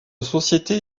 société